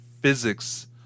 physics